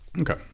Okay